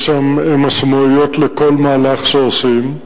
יש שם משמעויות לכל מהלך שעושים.